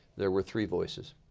there were three voices.